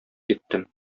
киттем